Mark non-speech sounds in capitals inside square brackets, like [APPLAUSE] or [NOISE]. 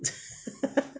[NOISE] [LAUGHS]